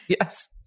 Yes